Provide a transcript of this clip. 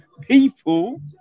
people